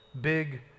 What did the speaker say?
Big